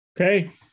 Okay